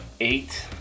eight